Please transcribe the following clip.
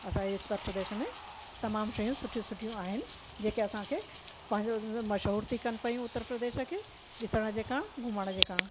असांजे उत्तर प्रदेश में तमामु शयूं सुठियूं सुठियूं आहिनि जेके असांखे पंहिंजो मशहूर थी कनि पियूं उत्तर प्रदेश खे ॾिसण जे कारण घुमण जे कारणु